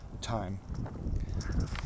time